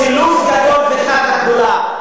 סילוף גדול וחארטה גדולה,